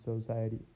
society